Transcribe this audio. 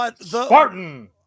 Spartan